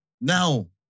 now